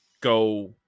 go